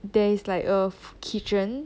there is like a kitchen